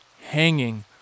hanging